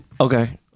Okay